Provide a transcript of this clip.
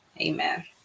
amen